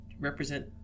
represent